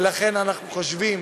ולכן אנחנו חושבים